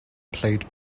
played